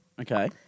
Okay